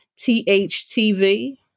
THTV